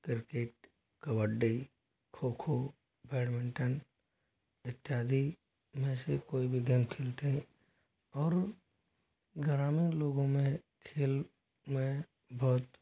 cricket kabaddi kho kho badminton इत्यादि में से कोई भी गेम खेलते हैं और ग्रामीण लोगों में खेल में बहुत